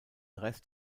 rest